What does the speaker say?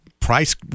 price